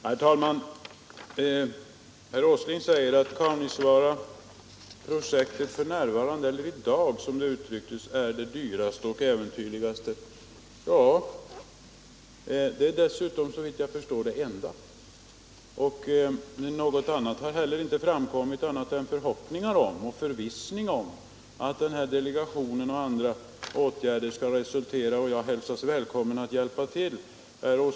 Herr talman! Herr Åsling säger att Kaunisvaaraprojektet i dag — som han uttryckte det — är det allra dyraste och äventyrligaste. Ja, såvitt jag förstår är det dessutom det enda projektet. Något annat än förhoppningar om att åtgärder av Norrbottendelegationen och andra skall leda till resultat har heller inte framkommit. Jag har här hälsats välkommen att hjälpa till i det arbetet.